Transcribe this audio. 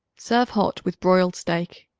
serve hot with broiled steak.